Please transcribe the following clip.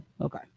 okay